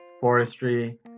forestry